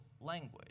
language